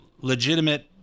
legitimate